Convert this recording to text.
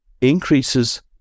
increases